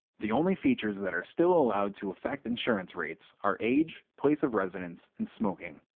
the only features that are still allowed to affect insurance rates are age, place of residence, and smoking.